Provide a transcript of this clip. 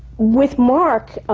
with mark,